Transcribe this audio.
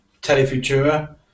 Telefutura